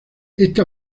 esta